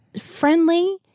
friendly